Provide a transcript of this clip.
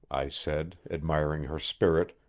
i said, admiring her spirit,